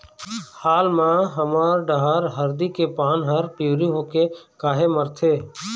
हाल मा हमर डहर हरदी के पान हर पिवरी होके काहे मरथे?